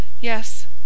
Yes